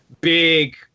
big